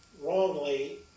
wrongly